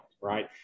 right